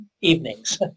evenings